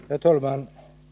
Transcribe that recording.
Nr 86 Herr talman!